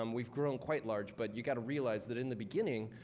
um we've grown quite large. but you've got to realize that, in the beginning,